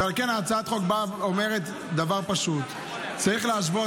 הצעת החוק אומרת דבר פשוט: צריך להשוות.